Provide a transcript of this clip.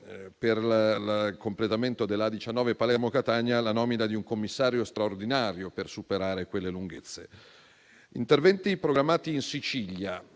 per il completamento della A19 Palermo-Catania la nomina di un commissario straordinario per superare quelle lunghezze. Vi sono interventi programmati in Sicilia